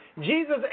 Jesus